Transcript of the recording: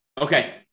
Okay